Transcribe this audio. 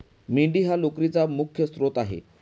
मेंढी हा लोकरीचा मुख्य स्त्रोत आहे